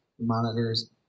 monitors